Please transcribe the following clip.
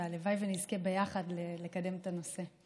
והלוואי שנזכה ביחד לקדם את הנושא.